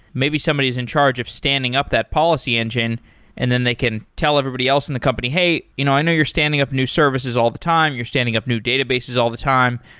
maybe somebody is in charge of standing up that policy engine and then they can tell everybody else in the company, hey, you know i know you're standing up new services all the time, you're standing up new databases all the time,